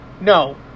No